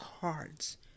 cards